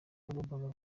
yagombaga